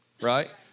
right